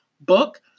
book